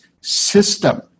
system